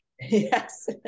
Yes